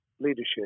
leadership